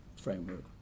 framework